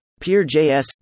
PeerJS